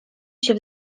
się